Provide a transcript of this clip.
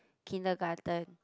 kindergarten